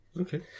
Okay